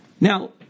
Now